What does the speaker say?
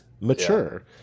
mature